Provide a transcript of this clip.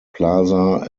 plaza